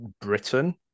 Britain